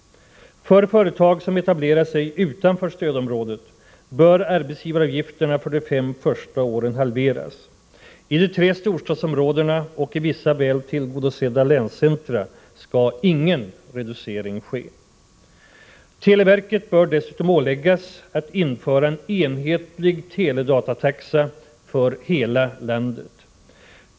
För företag som etablerar sig utanför stödområdet bör arbetsgivaravgifterna halveras de fem första åren. I de tre storstadsområdena och vissa väl tillgodosedda länscentra skall ingen reducering ske. Televerket bör dessutom åläggas att införa en enhetlig teledatataxa för hela landet.